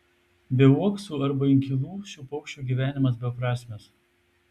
be uoksų arba inkilų šių paukščių gyvenimas beprasmis